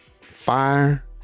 fire